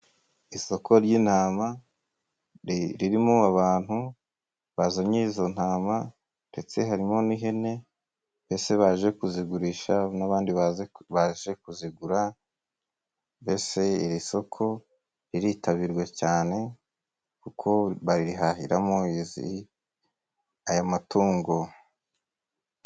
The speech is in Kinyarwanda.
Isoko ry'intama ririmo abantu bazanye izo ntama ndetse harimo n'ihene, mbese baje kuzigurisha n'abandi baje kuzigura, mbese iri soko riritabirwa cyane kuko barihahiramo aya matungo.